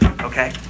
okay